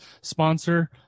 sponsor